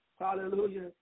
Hallelujah